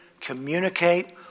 communicate